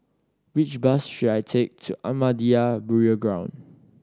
which bus should I take to Ahmadiyya Burial Ground